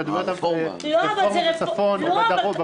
כשאת מדברת על רפורמה בצפון או בדרום,